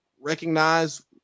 recognize